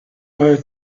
los